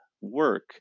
work